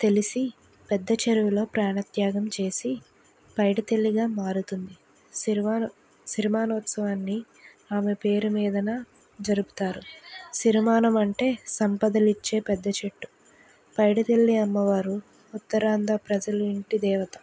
తెలిసి పెద్ద చెరువులో ప్రాణత్యాగం చేసి పైడితల్లిగా మారుతుంది సిరిమా సిరిమానోత్సవాన్ని ఆమె పేరు మీదన జరుపుతారు సిరిమానం అంటే సంపదలిచ్చే పెద్ద చెట్టు పైడితల్లి అమ్మవారు ఉత్తరాంధ్ర ప్రజలు ఇంటి దేవత